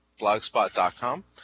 blogspot.com